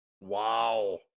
Wow